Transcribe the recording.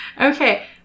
Okay